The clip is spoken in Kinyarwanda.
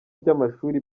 by’amashuri